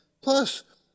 Plus